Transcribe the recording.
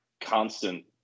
constant